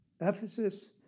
Ephesus